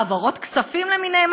העברות כספים למיניהן,